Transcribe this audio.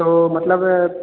तो मतलब